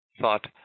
thought